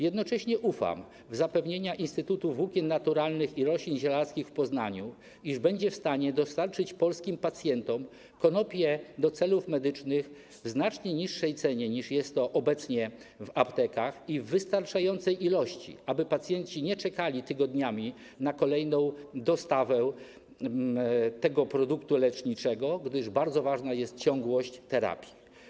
Jednocześnie ufam w zapewnienia Instytutu Włókien Naturalnych i Roślin Zielarskich w Poznaniu, iż będzie w stanie dostarczyć polskim pacjentom konopie do celów medycznych w znacznie niższej cenie, niż jest to obecnie w aptekach, i w wystarczającej ilości, aby pacjenci nie czekali tygodniami na kolejną dostawę tego produktu leczniczego, gdyż bardzo ważna jest ciągłość terapii.